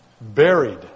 buried